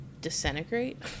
disintegrate